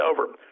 over